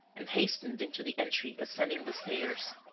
and hastened into the entry, ascending the stairs.